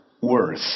worth